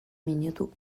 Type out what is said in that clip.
minutu